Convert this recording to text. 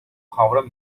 kavram